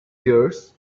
years